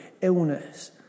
illness